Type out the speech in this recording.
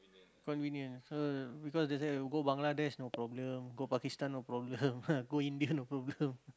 when we near so because they say go Bangladesh no problem go Pakistan no problem go India no problem